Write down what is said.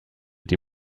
die